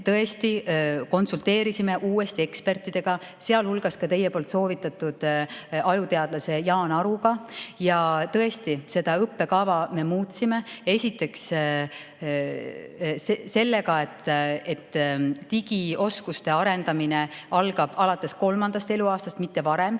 me konsulteerisime uuesti ekspertidega, sealhulgas ka teie soovitatud ajuteadlase Jaan Aruga. Ja tõesti, seda õppekava me muutsime esiteks sellega, et digioskuste arendamine algab alates kolmandast eluaastast, mitte varem.